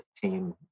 team